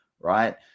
Right